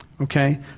Okay